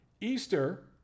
Easter